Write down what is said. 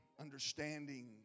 understanding